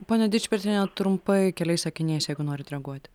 pone dičpetriene trumpai keliais sakiniais jeigu norit reaguot